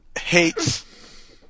hates